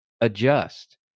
adjust